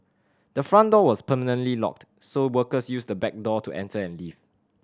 the front door was permanently locked so workers used the back door to enter and leave